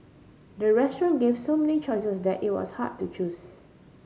the restaurant gave so many choices that it was hard to choose